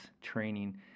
training